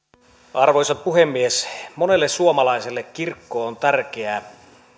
arvoisa puhemies monelle suomalaiselle kirkko on tärkeä